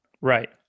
Right